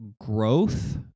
growth